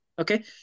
okay